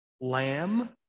lamb